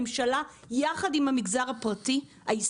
ממשלה יחד עם המגזר הפרטי-עסקי,